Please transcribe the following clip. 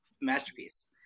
masterpiece